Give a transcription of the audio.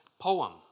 poem